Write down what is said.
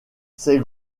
ces